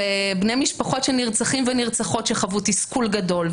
ובני משפחות של נרצחים ונרצחות שחוו תסכול גדול,